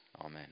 Amen